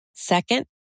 Second